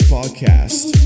Podcast